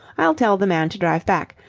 i'll tell the man to drive back.